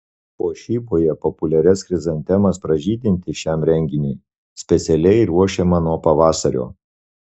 puošyboje populiarias chrizantemas pražydinti šiam renginiui specialiai ruošiama nuo pavasario